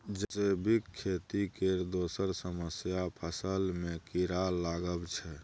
जैबिक खेती केर दोसर समस्या फसल मे कीरा लागब छै